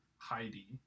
Heidi